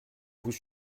vous